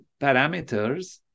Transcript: parameters